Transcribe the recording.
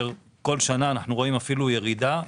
כל שנה אנו רואים אפילו ירידה.